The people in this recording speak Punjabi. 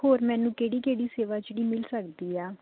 ਹੋਰ ਮੈਨੂੰ ਕਿਹੜੀ ਕਿਹੜੀ ਸੇਵਾ ਜਿਹੜੀ ਮਿਲ ਸਕਦੀ ਆ